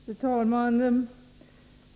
Fru talman!